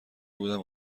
بودم